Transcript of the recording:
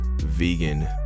vegan